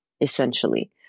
essentially